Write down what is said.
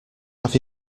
have